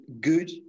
good